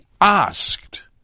asked